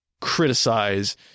criticize